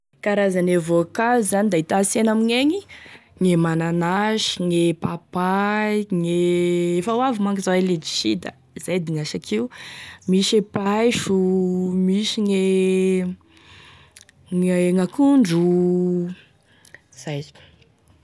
Gne karazane voankazo zany da hita asena amign'egny gne mananasy gne papay gne efa ho avy manko zao letisia da izay e dignashako io misy e paiso misy gn'akondro zay.